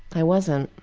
i wasn't.